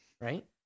Right